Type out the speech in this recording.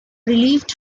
relieved